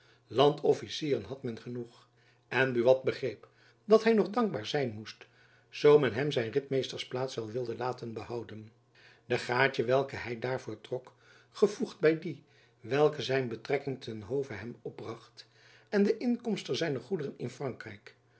boezemen landofficieren had men genoeg en buat begreep dat hy nog dankbaar zijn moest zoo men hem zijn ritmeestersplaats wel wilde laten behouden de gaadje welke hy daarvoor trok gevoegd by die welke zijn betrekking ten hove hem opbracht en de inkomsten zijner goederen in frankrijk